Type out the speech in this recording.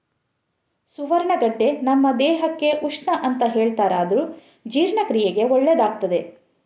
ಸುವರ್ಣಗಡ್ಡೆ ನಮ್ಮ ದೇಹಕ್ಕೆ ಉಷ್ಣ ಅಂತ ಹೇಳ್ತಾರಾದ್ರೂ ಜೀರ್ಣಕ್ರಿಯೆಗೆ ಒಳ್ಳೇದಾಗ್ತದೆ